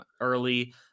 early